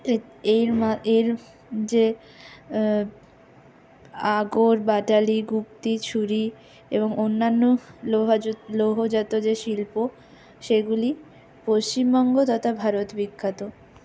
এর মা এর যে আগর বাটালি গুপ্তি ছুরি এবং অন্যান্য লোহাজাত লৌহজাত যে শিল্প সেইগুলি পশ্চিমবঙ্গ তথা ভারত বিখ্যাত